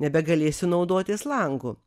nebegalėsiu naudotis langu